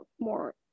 more